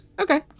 Okay